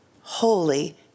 Holy